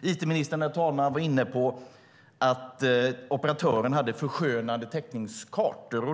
It-ministern, herr talman, var inne på att operatören hade förskönande täckningskartor.